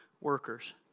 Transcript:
workers